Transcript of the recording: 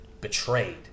betrayed